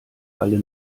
alle